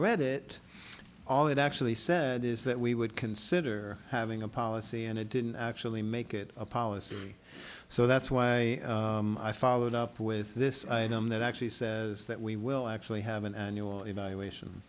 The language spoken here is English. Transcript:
read it all it actually said is that we would consider having a policy and it didn't actually make it a policy so that's why i followed up with this item that actually says that we will actually have an annual evaluation